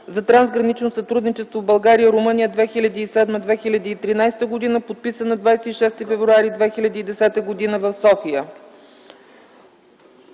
за трансгранично сътрудничество България – Румъния 2007 – 2013, подписан на 26 февруари 2010 г. в София.